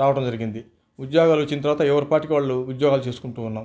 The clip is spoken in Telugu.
రావడం జరిగింది ఉద్యోగాలు వచ్చిన తరవాత ఎవరిపాటికి వాళ్ళు ఉద్యోగాలు చేసుకుంటూ ఉన్నాం